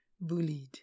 bullied